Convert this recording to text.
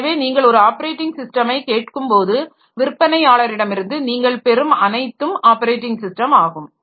எனவே நீங்கள் ஒரு ஆப்பரேட்டிங் ஸிஸ்டமை கேட்கும்போது விற்பனையாளரிடமிருந்து நீங்கள் பெறும் அனைத்தும் ஆப்பரேட்டிங் ஸிஸ்டம் ஆகும்